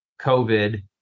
COVID